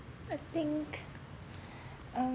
I think um